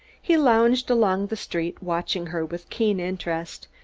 he lounged along the street, watching her with keen interest,